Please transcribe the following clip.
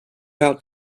out